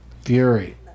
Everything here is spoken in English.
Fury